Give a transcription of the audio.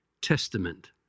testament